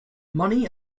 money